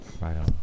right